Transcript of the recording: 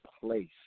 place